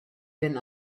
than